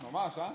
ממש, הא?